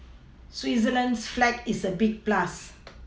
Switzerland's flag is a big plus